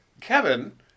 Kevin